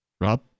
Rob